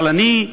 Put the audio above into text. אבל אני,